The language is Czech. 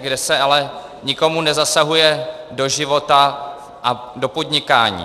kde se ale nikomu nezasahuje do života a do podnikání.